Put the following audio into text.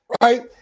right